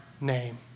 name